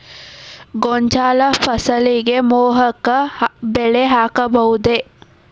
ಗೋಂಜಾಳ ಫಸಲಿಗೆ ಮೋಹಕ ಬಲೆ ಹಾಕಬಹುದೇ?